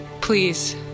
Please